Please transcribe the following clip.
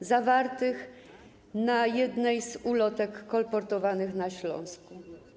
zawartych w jednej z ulotek kolportowanych na Śląsku.